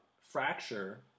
fracture